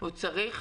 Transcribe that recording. צריך